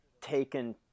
taken